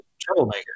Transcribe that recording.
troublemaker